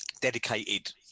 dedicated